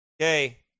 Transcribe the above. Okay